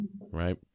right